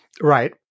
Right